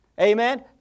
Amen